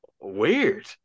Weird